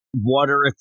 water